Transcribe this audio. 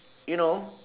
you know